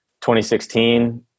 2016